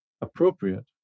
appropriate